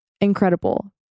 incredible